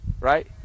right